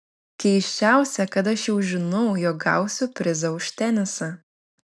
keisčiausia kad aš jau žinau jog gausiu prizą už tenisą